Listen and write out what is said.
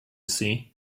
see